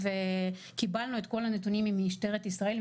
וקיבלנו את כל הנתונים ממשטרת ישראל,